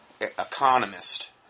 Economist